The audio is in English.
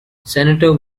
senator